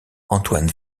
antoine